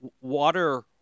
water